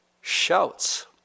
shouts